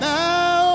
now